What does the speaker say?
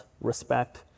respect